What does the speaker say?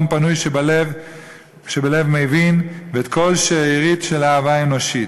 פנוי שבלב מבין ואת כל שארית של אהבה אנושית".